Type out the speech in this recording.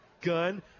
Gun